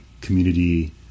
community